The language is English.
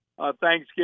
Thanksgiving